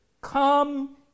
come